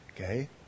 Okay